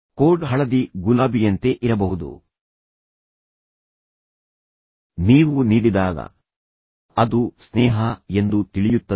code ಹಳದಿ ಗುಲಾಬಿಯಂತೆ ಇರಬಹುದು ನೀವು ನೀಡಿದಾಗ ಅದು ಸ್ನೇಹ ಎಂದು ತಿಳಿಯುತ್ತದೆ